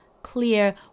clear